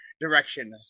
direction